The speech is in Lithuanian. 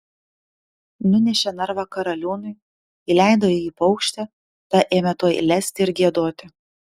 nunešė narvą karaliūnui įleido į jį paukštę ta ėmė tuoj lesti ir giedoti